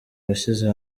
washyize